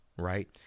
Right